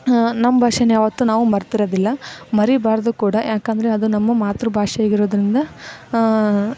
ನಮ್ಮ ಭಾಷೇನ್ನ ಯಾವತ್ತೂ ನಾವು ಮರ್ತಿರೋದಿಲ್ಲ ಮರೀಬಾರದು ಕೂಡ ಏಕಂದ್ರೆ ಅದು ನಮ್ಮ ಮಾತೃ ಭಾಷೆಯಾಗಿರೋದರಿಂದ